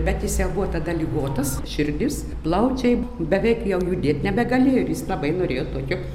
bet jis jau buvo tada ligotas širdis plaučiai beveik jau judėt nebegalėjo ir jis labai norėjo tokio